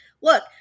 look